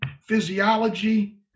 physiology